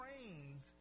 trains